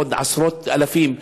ועוד עשרות אלפים.